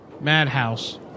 Madhouse